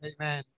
Amen